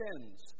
sins